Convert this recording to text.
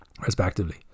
respectively